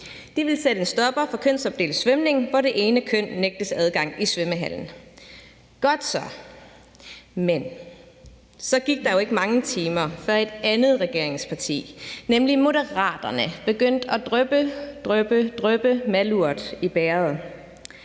De ville sætte en stopper for kønsopdelt svømning, hvor det ene køn nægtes adgang i svømmehallen. Godt så. Men så gik der jo ikke mange timer, før et andet regeringsparti, nemlig Moderaterne, begyndte at dryppe malurt i bægeret.